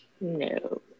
no